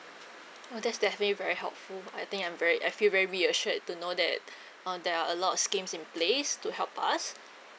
oh that's definitely very helpful I think I'm very I feel very reassured to know that uh there are a lot of schemes in place to help us